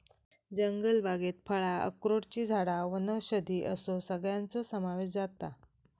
जंगलबागेत फळां, अक्रोडची झाडां वनौषधी असो सगळ्याचो समावेश जाता